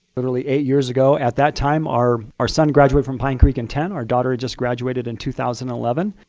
literally eight years ago. at that time, our our son graduated from pine creek in ten. our daughter just graduated in two thousand and eleven.